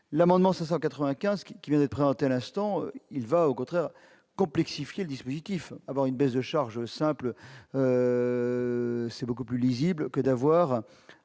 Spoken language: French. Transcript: l'amendement 595 qui avait présenté à l'instant, il va au contraire complexifier le dispositif, avoir une baisse de charge simple c'est beaucoup plus lisible que d'avoir